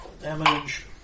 Damage